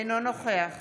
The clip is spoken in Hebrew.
אינו נוכח